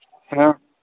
ਹਾਂ